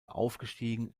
aufgestiegen